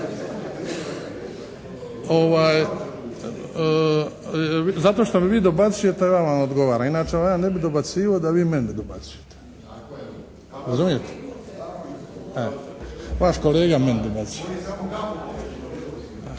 Zapravo što mi vi dobacujete nama odgovara. Inače ja ne bi dobacivao da vi meni ne dobacujete, razumijete. Vaš kolega meni dobacuje.